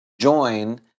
join